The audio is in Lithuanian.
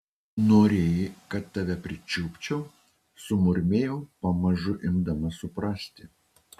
norėjai kad tave pričiupčiau sumurmėjau pamažu imdama suprasti